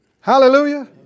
Hallelujah